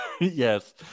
Yes